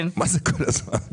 מה זה כל הזמן?